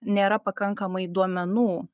nėra pakankamai duomenų